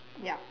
yeap